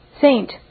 Saint